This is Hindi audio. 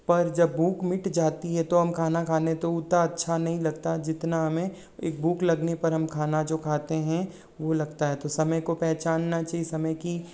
पर जब भूख मिट जाती है तो हम खाना खाने तो उतना अच्छा नहीं लगता जितना हमें एक भूख लगने पर हम खाना जो खाते हैं वो लगता है तो समय को पहचानना चाहिए समय की